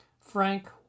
Frank